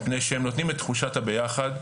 מפני שהם נותנים את תחושת הביחד,